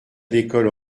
l’école